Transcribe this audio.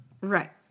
Right